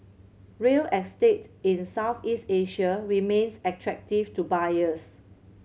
real estate in Southeast Asia remains attractive to buyers